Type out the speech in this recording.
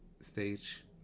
Stage